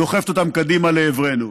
דוחפת אותם קדימה לעברנו.